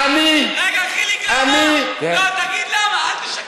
רגע, חיליק, תגיד למה, אל תשקר.